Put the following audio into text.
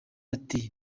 ati